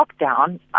lockdown